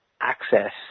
access